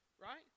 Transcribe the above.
right